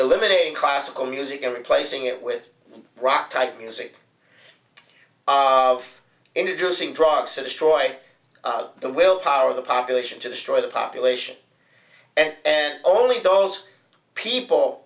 eliminating classical music and replacing it with rock type music of introducing drugs to destroy the will power of the population to destroy the population and only those people